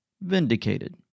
Vindicated